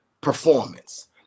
performance